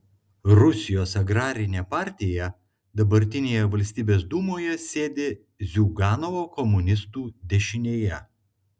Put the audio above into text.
rusijos agrarinė partija dabartinėje valstybės dūmoje sėdi ziuganovo komunistų dešinėje